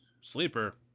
sleeper